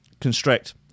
Constrict